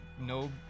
No